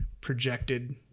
projected